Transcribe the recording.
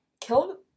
kill